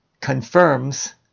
confirms